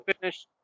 finish